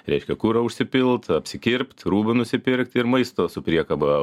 reiškia kuro užsipilt apsikirpt rūbų nusipirkti ir maisto su priekaba